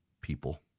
people